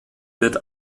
wird